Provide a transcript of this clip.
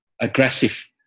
aggressive